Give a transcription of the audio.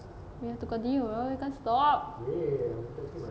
we have to continue err we can't stop